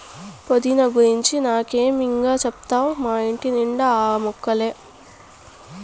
పుదీనా గురించి నాకే ఇం గా చెప్తావ్ మా ఇంటి నిండా ఆ మొక్కలే